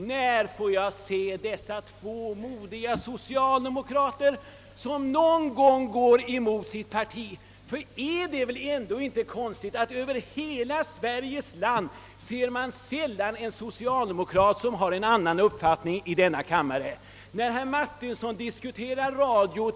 När får jag se två modiga socialdemokrater, som går emot sitt parti? Och är det inte konstigt att man så sällan hör en social demokratisk ledamot i denna kammare redovisa en annan uppfattning än partiets, trots att dessa ledamöter kommer från hela Sveriges land?